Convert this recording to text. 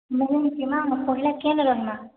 ମୁଁ କହୁଛି ସୀମା କେନ୍ ରହିମା